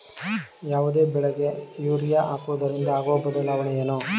ಯಾವುದೇ ಬೆಳೆಗೆ ಯೂರಿಯಾ ಹಾಕುವುದರಿಂದ ಆಗುವ ಬದಲಾವಣೆ ಏನು?